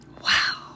Wow